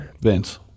Vince